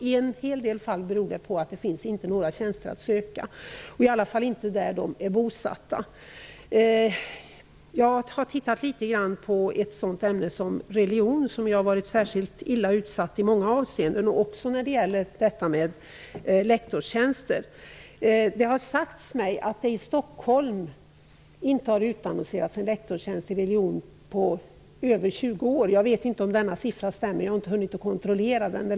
I en hel del fall beror det på att det inte finns några tjänster att söka, åtminstone inte där de är bosatta. Jag har litet grand studerat förhållandena för ett sådant ämne som religion som har varit särskilt illa utsatt i många avseenden, även när det gäller lektorstjänster. Det har sagts mig att det i Stockholm inte har utannonserats en lektorstjänst i religion på över 20 år. Jag vet inte om den siffran stämmer. Jag har inte hunnit kontrollera den.